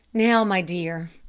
now my dear,